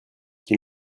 qui